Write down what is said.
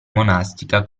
monastica